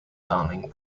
darling